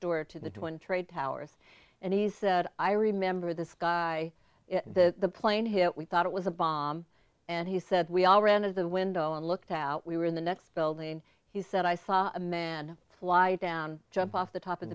door to the two and trade towers and he said i remember this guy the plane hit we thought it was a bomb and he said we all ran to the window and looked out we were in the next building he said i saw a man fly down jump off the top of